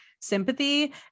sympathy